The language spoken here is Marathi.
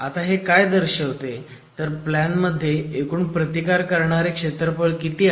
आता हे काय दर्शवते तर प्लॅन मध्ये एकूण प्रतिकार करणारे क्षेत्रफळ किती आहे